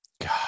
god